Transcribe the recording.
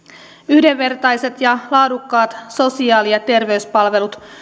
yhdenvertaiset ja laadukkaat sosiaali ja terveyspalvelut